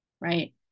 right